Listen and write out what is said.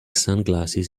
sunglasses